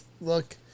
look